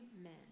Amen